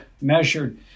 measured